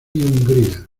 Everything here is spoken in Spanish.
hungría